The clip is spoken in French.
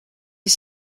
est